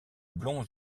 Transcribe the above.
blond